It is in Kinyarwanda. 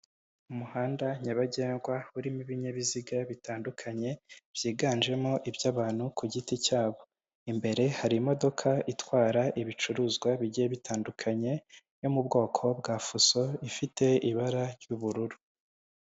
Umuhanda nyabagendwa urimo ibinyabiziga bitandukanye, byiganjemo iby'abantu ku giti cyabo, imbere hari imodoka itwara ibicuruzwa bigiye bitandukanye, yo mu bwoko bwa fuso ifite ibara ry'ubururu.